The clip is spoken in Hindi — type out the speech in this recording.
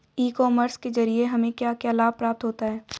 ई कॉमर्स के ज़रिए हमें क्या क्या लाभ प्राप्त होता है?